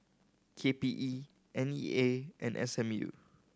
K P E N E A and S M U